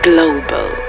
Global